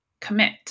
commit